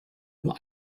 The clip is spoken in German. nur